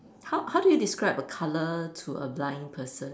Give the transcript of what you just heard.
how how do you describe a colour to a blind person